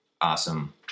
awesome